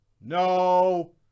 No